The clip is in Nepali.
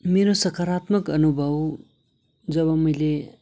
मेरो सकरात्मक अनुभव जब मैले